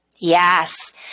Yes